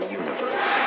universe